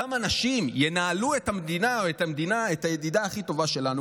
אותם אנשים ינהלו את המדינה או את הידידה הכי טובה שלנו,